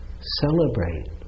celebrate